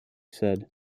said